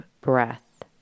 breath